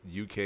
UK